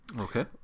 Okay